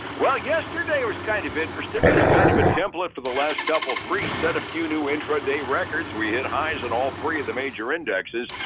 well, yesterday it was kind of interesting it was kind of a template for the last couple three set a few new intraday records, we hit highs on all three of the major indexes,